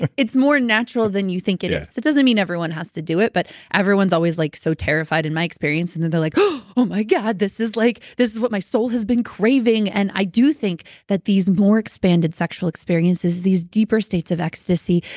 it's more natural than you think it is. yeah. that doesn't mean everyone has to do it, but everyone's always like so terrified in my experience. and then they're like, oh my god, this is like this is what my soul has been craving. and i do think that these more expanded sexual experiences, these deeper states of ecstasy,